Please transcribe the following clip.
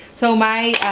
so my,